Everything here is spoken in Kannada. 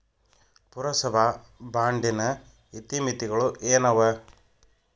ಪುರಸಭಾ ಬಾಂಡಿನ ಇತಿಮಿತಿಗಳು ಏನವ?